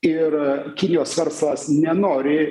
ir kinijos verslas nenori